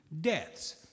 deaths